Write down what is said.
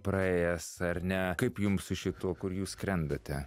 praėjęs ar ne kaip jums su šituo kur jūs skrendate